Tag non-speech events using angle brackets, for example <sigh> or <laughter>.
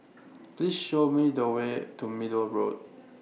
<noise> Please Show Me The Way to Middle Road